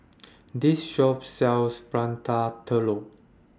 This Shop sells Prata Telur